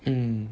um